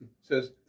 says